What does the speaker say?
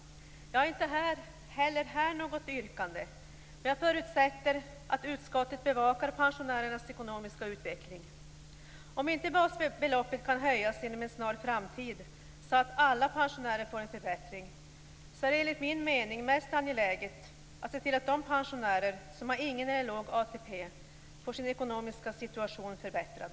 Jag har inte heller här något yrkande, men jag förutsätter att utskottet bevakar pensionärernas ekonomiska utveckling. Om inte basbeloppet kan höjas inom en snar framtid så att alla pensionärer får en förbättring är det enligt min mening mest angeläget att se till att de pensionärer som har ingen eller låg ATP får sin ekonomiska situation förbättrad.